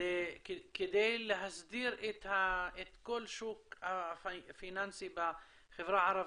כדי להסדיר את כל השוק הפיננסי בחברה הערבית.